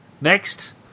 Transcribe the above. next